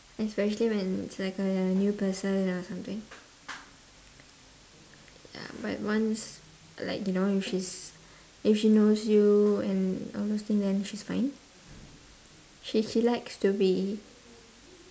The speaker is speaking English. especially when it's like a new person or something ya but once like you know if she's if she knows you and all those thing then she's fine she she likes to be